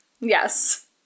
Yes